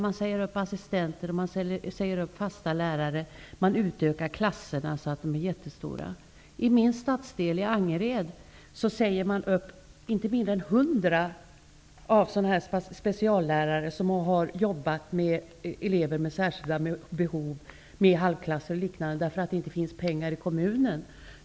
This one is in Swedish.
Man säger upp assistenter och fasta lärare, och man utökar klasserna så att de blir jättestora. I min stadsdel, i Angered, säger man upp inte mindre än 100 speciallärare som har jobbat med elever med särskilda behov, med halvklasser och liknande, därför att kommunen inte har pengar.